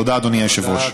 תודה, אדוני היושב-ראש.